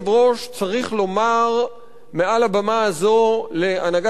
צריך לומר מעל הבמה הזו להנהגת ההסתדרות: